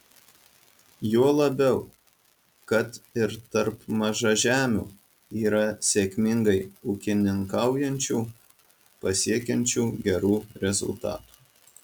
juo labiau kad ir tarp mažažemių yra sėkmingai ūkininkaujančių pasiekiančių gerų rezultatų